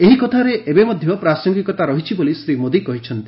ଏହି କଥାର ଏବେ ମଧ୍ୟ ପ୍ରାସଙ୍ଗିକ ରହିଛି ବୋଲି ଶ୍ରୀ ମୋଦି କହିଛନ୍ତି